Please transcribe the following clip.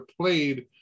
played